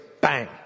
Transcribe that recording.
Bang